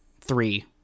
three